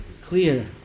clear